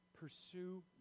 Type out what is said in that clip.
Pursue